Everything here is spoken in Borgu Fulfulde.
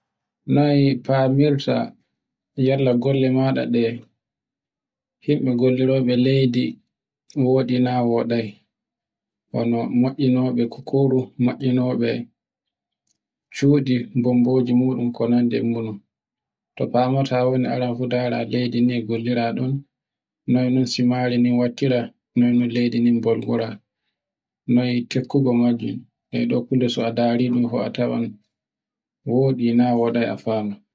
Faani tagaɗo arti monnani ma ɓernani ma no watta ko tawe a hokkino ma munyal fa o yerdo, aran fu acce kanko mon na ɗon tawe mo, e ko nawata mo fuu de'ita taato vimo hala nawuka taato viiimo komi, to a fami o jippito wartu viimo waane jaafoda, gonga Allah gonga mako fuu jafoɗa, jango mi watta iri maajum, mi toori ma jaafoɗa, vofuɗum